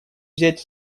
взять